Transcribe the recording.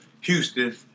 Houston